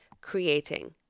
creating